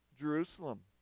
Jerusalem